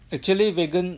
actually vegan